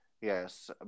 Yes